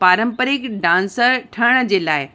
पारंपरिक डांसर ठहण जे लाइ